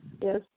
Yes